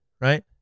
right